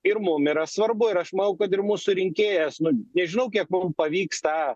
ir mum yra svarbu ir aš manau kad ir mūsų rinkėjas nu nežinau kiek mum pavyks tą